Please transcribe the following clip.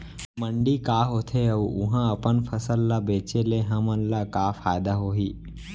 मंडी का होथे अऊ उहा अपन फसल ला बेचे ले हमन ला का फायदा होही?